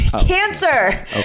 Cancer